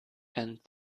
and